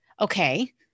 okay